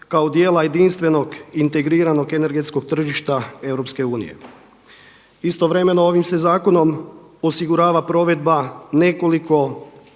kao dijela jedinstvenog integriranog energetskog tržišta EU. Istovremeno ovim se zakonom osigurava provedba nekoliko